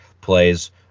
plays